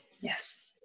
yes